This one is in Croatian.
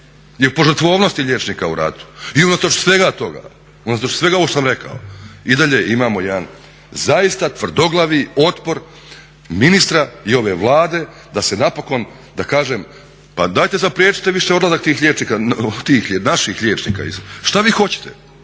o požrtvovnosti liječnika u ratu. I unatoč svega toga, unatoč svega ovog što sam rekao i dalje imamo jedan zaista tvrdoglavi otpor ministra i ove Vlade da se napokon da kažem, pa dajte zapriječite više odlazak naših liječnika. Šta vi hoćete?